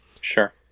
Sure